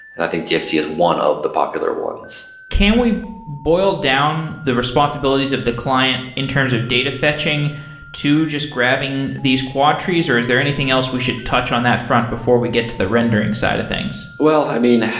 and i think dxt is one of the popular ones can we boil down the responsibilities of the client in terms of data fetching to just grabbing these quadtrees, or is there anything else we should touch on that front before we get to the rendering side of things? well, i mean,